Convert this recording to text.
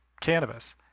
cannabis